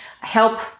help